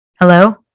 Hello